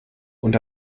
und